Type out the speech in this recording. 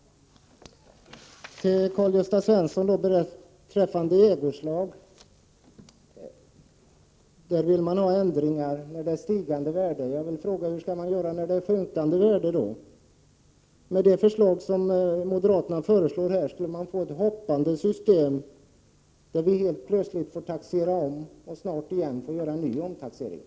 Karl-Gösta Svenson talade om ägoslag och vill att det skall göras ändringar